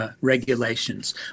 regulations